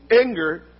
Anger